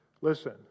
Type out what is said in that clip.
Listen